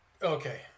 Okay